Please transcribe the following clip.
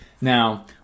Now